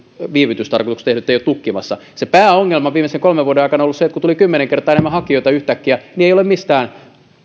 viivytystarkoituksessa tehdyt eivät ole tukkimassa pääongelma viimeisen kolmen vuoden aikana on ollut se että kun on tullut kymmenen kertaa enemmän hakijoita yhtäkkiä niin ei ole ollut missään